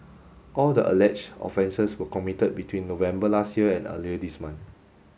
all the alleged offences were committed between November last year and earlier this month